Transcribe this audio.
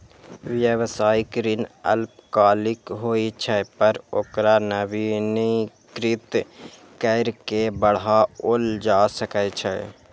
व्यावसायिक ऋण अल्पकालिक होइ छै, पर ओकरा नवीनीकृत कैर के बढ़ाओल जा सकै छै